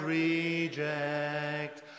reject